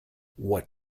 what